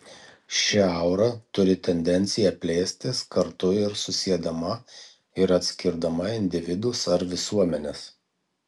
ši aura turi tendenciją plėstis kartu ir susiedama ir atskirdama individus ar visuomenes